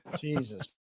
Jesus